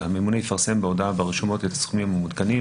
הממונה יפרסם בהודעה ברשומות את הסכומים המעודכנים